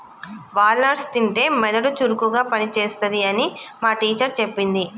wall nuts తింటే మెదడు చురుకుగా పని చేస్తది అని మా టీచర్ చెప్పింది